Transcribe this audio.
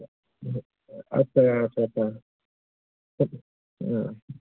आथसा आथसा आथसा